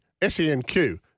SENQ